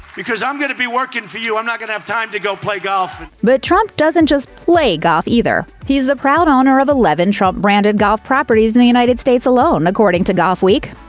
because i'm gonna be working for you, i'm not gonna have time to go play golf. but trump doesn't just play golf, either he's the proud owner of eleven trump-branded golf properties in the united states alone, according to golfweek.